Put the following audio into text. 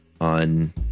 on